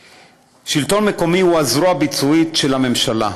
השלטון המקומי הוא הזרוע הביצועית של הממשלה,